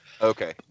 Okay